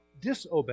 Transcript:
disobey